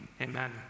Amen